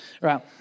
Right